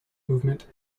movement